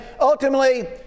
ultimately